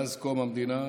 מאז קום המדינה,